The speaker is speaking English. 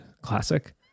Classic